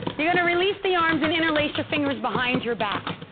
you're going to release the arms and interlace your fingers behind your back.